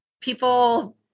people